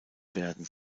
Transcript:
werden